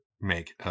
make